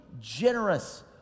generous